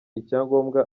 icyangombwa